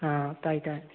ꯑꯥ ꯇꯥꯏ ꯇꯥꯏ